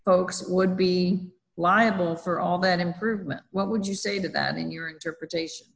folks would be liable for all that improvement what would you say to that in your interpretation